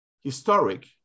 historic